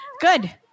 good